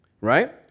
Right